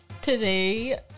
Today